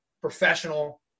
professional